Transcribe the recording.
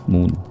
Moon